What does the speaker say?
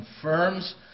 confirms